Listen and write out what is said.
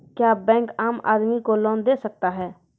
क्या बैंक आम आदमी को लोन दे सकता हैं?